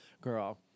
girl